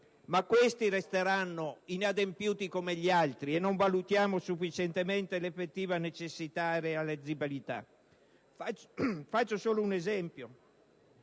ma questi resteranno inadempiuti come gli altri, e non ne valutiamo sufficientemente l'effettiva necessità e realizzabilità. Faccio solo un esempio: